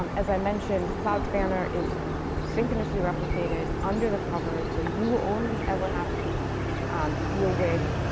um as i mentioned, cloud spanner is synchronously replicated, under the covers. so you will only ever have to deal with